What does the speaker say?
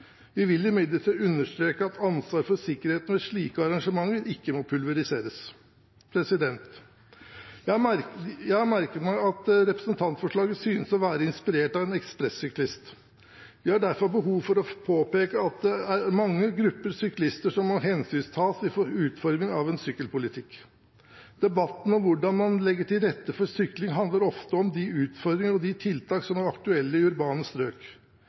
Vi vil imidlertid understreke at ansvaret for sikkerheten ved slike arrangementer ikke må pulveriseres. Jeg har merket meg at representantforslaget synes å være inspirert av en ekspressyklist. Vi har derfor behov for å påpeke at det er mange grupper syklister som må hensyntas i utformingen av en sykkelpolitikk. Debatten om hvordan man legger til rette for sykling, handler ofte om de utfordringer og de tiltak som er aktuelle i urbane strøk.